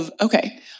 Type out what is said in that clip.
okay